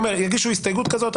יגישו הסתייגות כזאת,